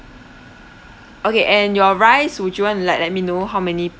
okay and your rice would you want like let me know how many